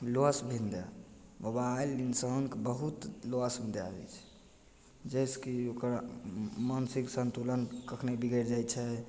loss भी दै mobile इन्सानके बहुत लॉस भी दै दइ छै जइसे कि ओकरा मानसिक सन्तुलन कखन बिगड़ि जाइ छै